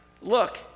look